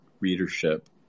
readership